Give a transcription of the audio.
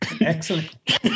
excellent